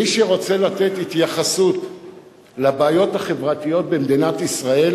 מי שרוצה להתייחס לבעיות החברתיות במדינת ישראל